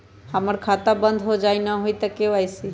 हमर खाता बंद होजाई न हुई त के.वाई.सी?